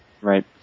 Right